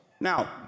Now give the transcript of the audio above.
Now